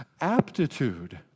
aptitude